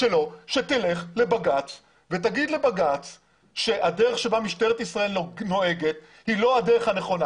שתלך לבג"ץ ותגיד לבג"ץ שהדרך בה משטרת ישראל נוהגת היא לא הדרך הנכונה.